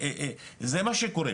זה מה שקורה.